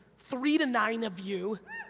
three to nine of you,